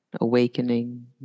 awakening